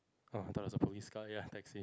uh thought it was a police car ya taxi